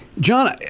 John